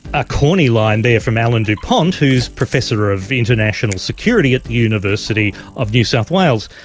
a corny line there from alan dupont, who's professor of international security at the university of new south wales,